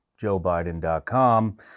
joebiden.com